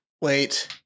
Wait